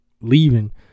Leaving